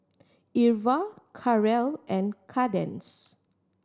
Irva Karel and Kadence